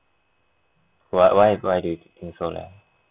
why why why do you think so leh